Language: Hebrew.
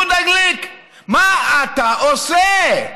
הו, יהודה גליק, מה אתה עושה?